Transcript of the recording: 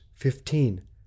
Fifteen